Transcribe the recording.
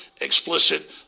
explicit